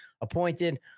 appointed